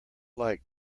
like